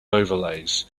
overlays